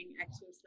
exercise